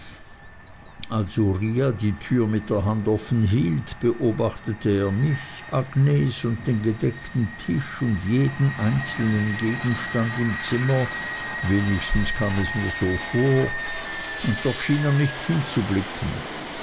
als uriah die tür mit der hand offen hielt beobachtete er mich agnes und den gedeckten tisch und jeden einzelnen gegenstand im zimmer wenigstens kam es mir so vor und doch schien er nicht hinzublicken